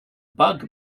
bug